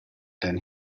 then